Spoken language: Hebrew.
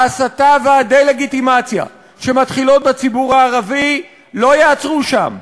ההסתה והדה-לגיטימציה שמתחילות בציבור הערבי לא יעצרו שם.